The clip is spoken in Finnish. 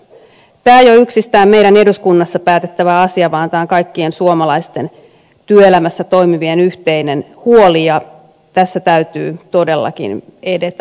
tämä ei ole yksistään eduskunnassa päätettävä asia vaan tämä on kaikkien suomalaisten työelämässä toimivien yhteinen huoli ja tässä täytyy todellakin edetä